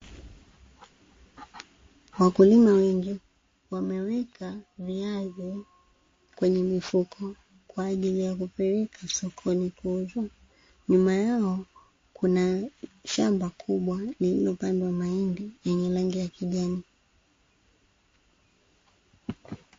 Wakulima wengi wameweka viazi kwenye mifuko kwa ajili ya kupeleka sokoni kuuzwa. Nyuma yao kuna shamba kubwa lililopandwa mahindi yenye rangi ya kijani.